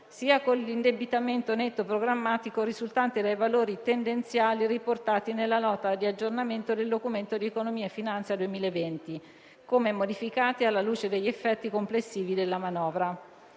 sia con l'indebitamento netto programmatico risultante dai valori tendenziali riportati nella Nota di aggiornamento del Documento di economia e finanza 2020, come modificate alla luce degli effetti complessivi della manovra;